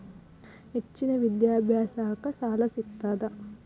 ಹೆಚ್ಚಿನ ವಿದ್ಯಾಭ್ಯಾಸಕ್ಕ ಸಾಲಾ ಸಿಗ್ತದಾ?